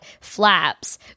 flaps